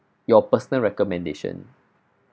your personal recommendation